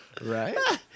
Right